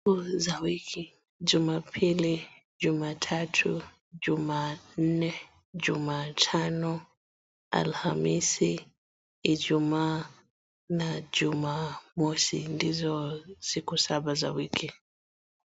Siku za wiki; jumapili, jumatatu, jumanne, jumatano, alhamisi, ijumaa na jumamosi ndizo siku saba za wiki.